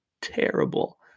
terrible